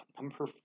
Number